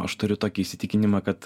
aš turiu tokį įsitikinimą kad